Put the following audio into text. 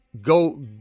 Go